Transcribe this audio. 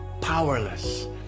powerless